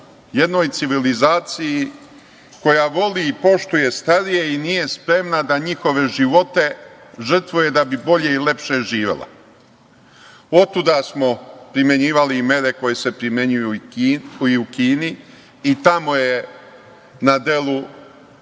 jednoj civilizaciji koja voli i poštuje starije i nije spremna da njihove živote žrtvuje da bi bolje i lepše živela. Otuda smo primenjivali mere koje se primenjuju koji je u Kini i tamo je na delu